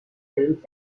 films